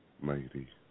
Mighty